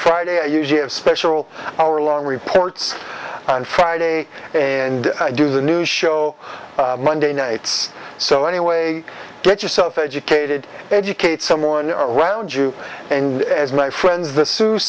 friday i usually have special hour long reports on friday and do the news show monday nights so anyway get yourself educated educate someone around you and as my friends the se